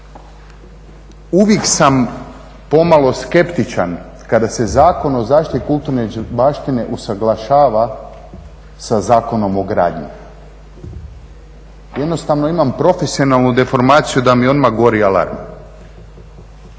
uvijek sam pomalo skeptičan kada se Zakon o zaštiti kulturne zaštite usuglašava sa Zakonom o gradnji. Jednostavno imam profesionalnu deformaciju da mi odmah gori alarm.